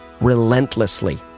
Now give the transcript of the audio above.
relentlessly